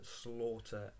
slaughter